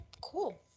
cool